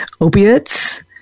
opiates